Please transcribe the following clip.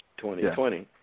2020